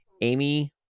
Amy